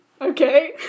Okay